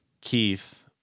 Keith